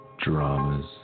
dramas